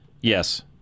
Yes